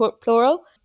plural